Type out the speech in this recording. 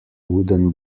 wooden